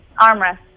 Armrest